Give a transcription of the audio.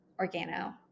organo